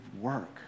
work